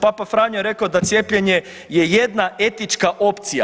Papa Franjo je rekao da cijepljenje je jedna etička opcija.